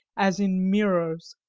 as in mirrors.